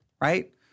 Right